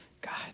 God